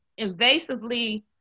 invasively